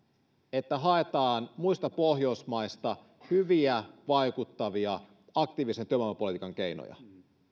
että haetaan muista pohjoismaista hyviä vaikuttavia aktiivisen työvoimapolitiikan keinoja